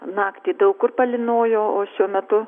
naktį daug kur palynojo o šiuo metu